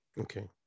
Okay